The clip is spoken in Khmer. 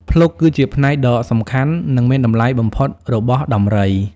ភ្លុកគឺជាផ្នែកដ៏សំខាន់ និងមានតម្លៃបំផុតរបស់ដំរី។